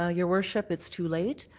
ah your worship, it's too late.